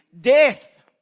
death